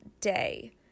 day